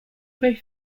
both